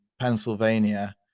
pennsylvania